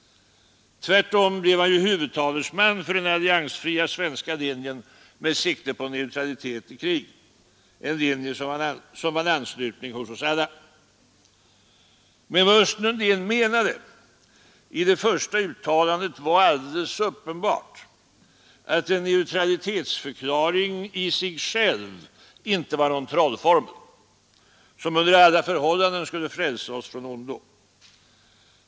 Tvärtom blev han ju huvudtalesman för den alliansfria svenska linjen med sikte på neutralitet i krig — en linje som vann anslutning hos oss alla. Men vad Östen Undén menade i det första uttalandet var alldeles uppenbart att en neutralitetsförklaring i sig själv inte var någon trollformel som under alla förhållanden skulle frälsa oss från ondo.